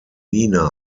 nina